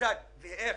כיצד ואיך